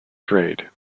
trade